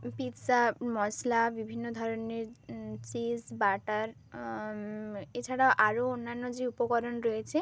pizza masala বিভিন্ন ধরনের cheese butter এছাড়া আরো অন্যান্য যে উপকরণ রয়েছে